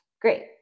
Great